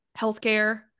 healthcare